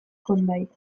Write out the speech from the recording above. kondairak